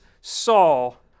Saul